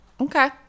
Okay